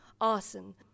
arson